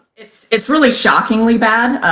it's it's really shockingly bad.